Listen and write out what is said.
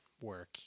work